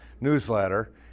newsletter